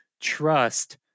trust